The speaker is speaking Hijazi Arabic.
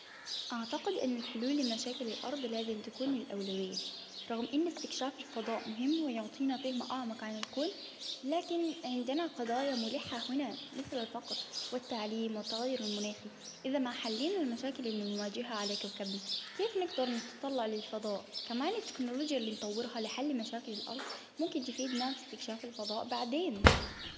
أعتقد إن الحلول لمشاكل الأرض لازم تكون الأولوية، رغم أن استكشاف الفضاء مهم ويعطينا فهم أعمق عن الكون، لكن عندنا قضايا ملحة هنا مثل الفقر ،والتعليم، والتغير المناخي، إذا ما حلينا المشاكل اللي نواجهها على كوكبنا، كيف نقدر نتطلع للفضاء؟ كمان التكنولوجيا اللي نطورها لحل مشاكل الأرض ممكن تفيدنا في إستكشاف الفضاء بعدين.